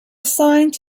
assigned